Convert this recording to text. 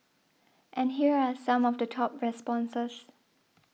and here are some of the top responses